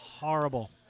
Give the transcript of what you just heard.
Horrible